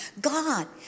God